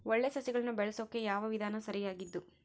ಒಳ್ಳೆ ಸಸಿಗಳನ್ನು ಬೆಳೆಸೊಕೆ ಯಾವ ವಿಧಾನ ಸರಿಯಾಗಿದ್ದು?